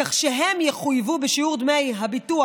כך שהם יחויבו בשיעור דמי הביטוח